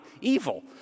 evil